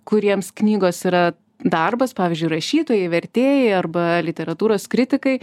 kuriems knygos yra darbas pavyzdžiui rašytojai vertėjai arba literatūros kritikai